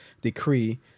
decree